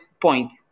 point